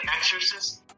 Exorcist